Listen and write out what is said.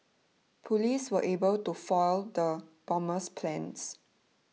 police were able to foil the bomber's plans